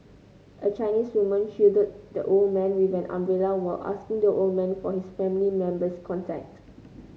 a Chinese woman shielded the old man with an umbrella while asking the old man for his family member's contact